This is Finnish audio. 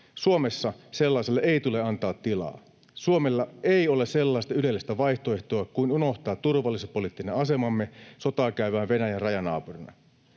Suomessa sellaiselle ei tule antaa tilaa. Suomella ei ole sellaista ylellistä vaihtoehtoa kuin unohtaa turvallisuuspoliittinen asemamme sotaa käyvän Venäjän rajanaapurina.